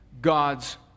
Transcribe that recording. God's